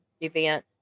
event